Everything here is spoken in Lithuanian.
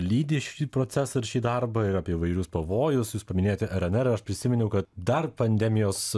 lydi šį procesą ir šį darbą ir apie įvairius pavojus jūs paminėjote rnr aš prisiminiau kad dar pandemijos